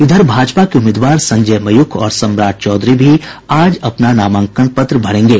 इधर भाजपा के उम्मीदवार संजय मयूख और सम्राट चौधरी भी आज अपना नामांकन पत्र दाखिल करेंगे